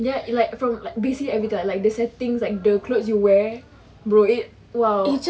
ya like from like basically everytime like the settings like the clothes you wear bro it !wow!